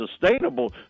sustainable